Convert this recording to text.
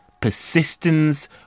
persistence